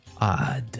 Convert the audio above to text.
Odd